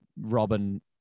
Robin